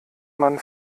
man